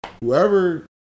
whoever